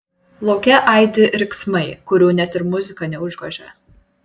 lauke aidi riksmai kurių net ir muzika neužgožia